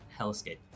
Hellscape